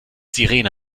sirene